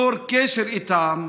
צור קשר איתם,